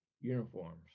uniforms